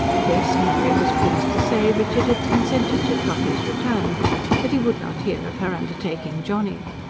yes, mary was pleased to say richard had consented to trotty's return but he would not hear of her undertaking johnny.